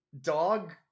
dog